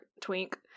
twink